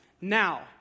Now